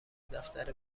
دفتر